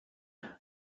you